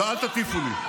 ואל תטיפו לי.